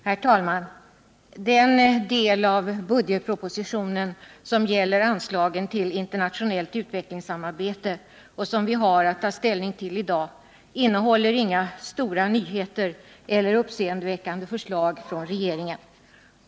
Herr talman! Den del av budgetpropositionen som gäller anslagen till internationellt utvecklingssamarbete och som vi har att ta ställning till i dag innehåller inga stora nyheter eller uppseendeväckande förslag från regeringen.